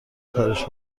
کارش